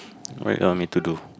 what you want me to do